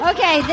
Okay